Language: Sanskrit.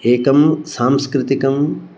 एकं सांस्कृतिकम्